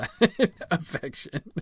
affection